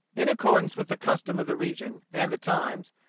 in accordance with the custom of the region and the times,